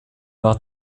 war